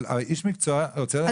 אבל איש מקצוע רוצה להשלים.